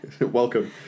Welcome